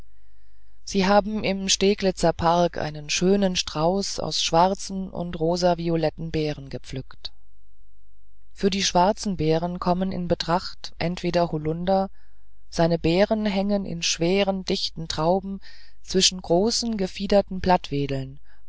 sie haben im steglitzer park einen schönen strauß aus schwarzen und rosavioletten beeren gepflückt für die schwarzen beeren kommen in betracht entweder hollunder seine beeren hängen in schweren dichten trauben zwischen großen gefiederten